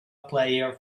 player